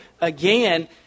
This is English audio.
again